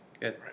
Good